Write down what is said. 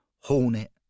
Hornet